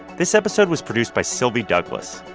this episode was produced by sylvie douglis.